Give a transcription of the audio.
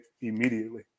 immediately